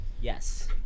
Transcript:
Yes